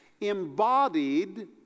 embodied